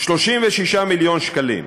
36 מיליון שקלים.